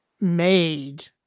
made